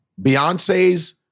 Beyonce's